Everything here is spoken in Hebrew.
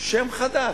שם חדש.